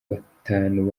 batanu